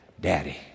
Daddy